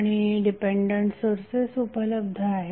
आणि dependent sources उपलब्ध आहेत